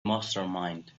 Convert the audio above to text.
mastermind